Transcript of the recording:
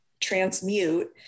transmute